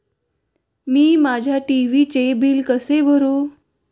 मी माझ्या टी.व्ही चे बिल कसे भरू?